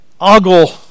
ogle